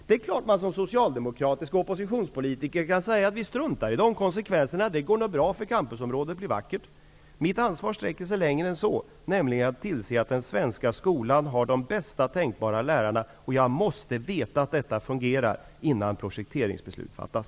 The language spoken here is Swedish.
Det är klart att socialdemokratiska oppositionspolitiker kan strunta i konsekvenserna och utgå ifrån att det går bra med det vackra campusområdet. Men mitt ansvar sträcker sig längre än så. Jag har nämligen att tillse att den svenska skolan har de bästa tänkbara lärarna. Jag måste veta att lokaliseringen till Södertälje kommer att fungera, innan ett projekteringsbeslut fattas.